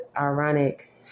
ironic